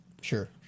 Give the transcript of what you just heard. sure